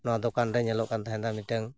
ᱱᱚᱣᱟ ᱫᱚᱠᱟᱱ ᱨᱮ ᱧᱮᱞᱚᱜ ᱠᱟᱱ ᱛᱟᱦᱮᱱᱟ ᱢᱤᱫᱴᱟᱹᱝ